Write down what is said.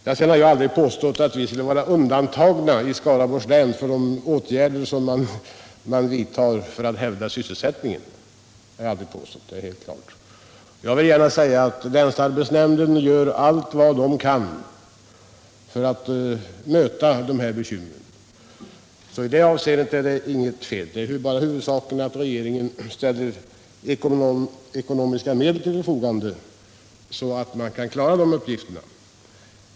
Jag har aldrig påstått att vi i Skaraborgs län skulle vara undantagna från de åtgärder som vidtas för att hävda sysselsättningen. Jag vill gärna säga att länsarbetsnämnden gör allt vad den kan för att möta bekymren. I det avseendet är det inget fel. Huvudsaken är att regeringen ställer ekonomiska medel till förfogande så att man kan klara den uppgiften.